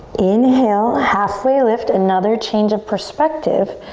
inhale, halfway lift, another change of perspective.